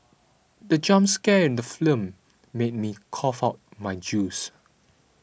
the jump scare in the made me cough out my juice